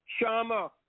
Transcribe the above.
Sharma